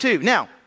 Now